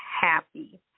happy